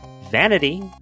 Vanity